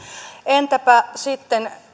entäpä sitten